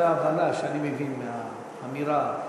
זו ההבנה שאני מבין מהאמירה הזאת,